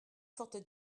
forte